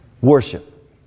worship